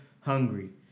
hungry